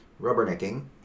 rubbernecking